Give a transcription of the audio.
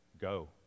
go